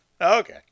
Okay